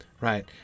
right